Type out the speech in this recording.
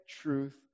truth